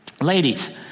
Ladies